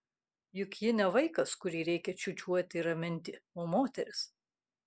juk ji ne vaikas kurį reikia čiūčiuoti ir raminti o moteris